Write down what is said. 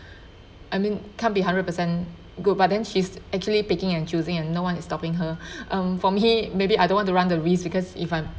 I mean can't be hundred percent good but then she's actually picking and choosing and no one is stopping her um for me maybe I don't want to run the risk because if I'm